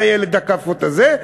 לילד הכאפות הזה,